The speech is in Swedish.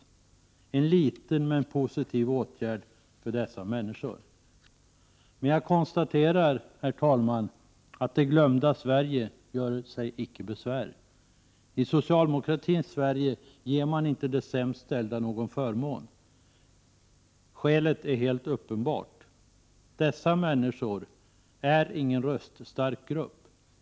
Det är en liten men positiv åtgärd för dessa människor. Jag konstaterar, herr talman, att ”det glömda Sverige” göre sig icke besvär. I socialdemokratins Sverige ger man inte de sämst ställda några förmåner. Skälet är helt uppenbart. Dessa människor utgör ingen röststark grupp.